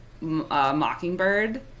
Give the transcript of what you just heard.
mockingbird